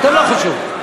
לא חשוב.